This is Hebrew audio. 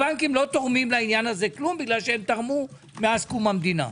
הבנקים לא תורמים לעניין הזה כלום כי תרמו מאז קום המדינה.